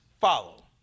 follow